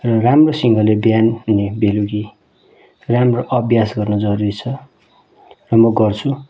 र राम्रोसँगले बिहान अनि बेलुकी राम्रो अभ्यास गर्न जरुरी छ र म गर्छु